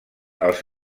als